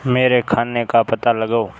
मेरे खाने का पता लगाओ